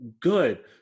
good